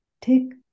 take